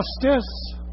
justice